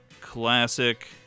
classic